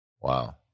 wow